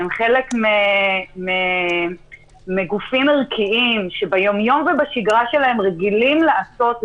שהם חלק מגופים ערכיים שביום-יום ובשגרה שלהם רגילים לעשות,